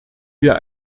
wir